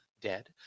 dead